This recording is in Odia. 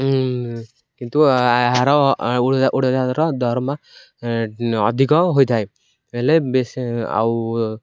କିନ୍ତୁ ଏହାର ଉଡ଼ା ଉଡ଼ାଜାହଜର ଦରମା ଅଧିକ ହୋଇଥାଏ ହେଲେ ବେଶ ଆଉ